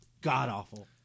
god-awful